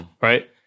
right